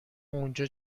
اونجا